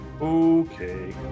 Okay